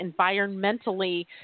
environmentally